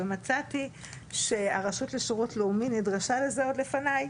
ומצאתי שהרשות לשירות לאומי נדרשה לזה עוד לפני,